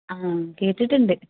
ആ കേട്ടിട്ടുണ്ട്